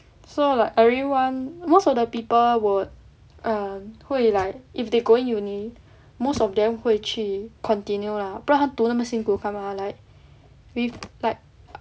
so like everyone most of the people would err 会 like if they go uni most of them 会去 continue lah 不然他读那么辛苦干吗 like we like